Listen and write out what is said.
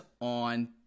on